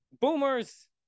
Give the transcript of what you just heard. boomers